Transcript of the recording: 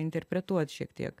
interpretuot šiek tiek